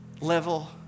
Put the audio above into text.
level